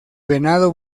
venado